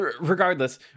Regardless